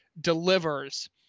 delivers